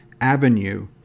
avenue